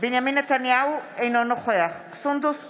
בנימין נתניהו, אינו נוכח סונדוס סאלח,